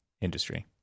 industry